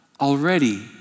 already